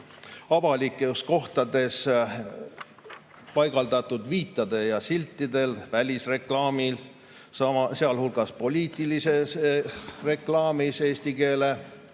avalikes kohtades paigaldatud viitadel ja siltidel, välireklaamil, sealhulgas poliitilises reklaamis eesti keele